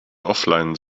offline